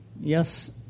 Yes